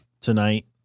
tonight